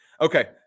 Okay